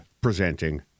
presenting